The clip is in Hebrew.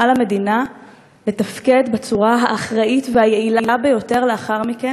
על המדינה לתפקד בצורה האחראית והיעילה ביותר לאחר מכן,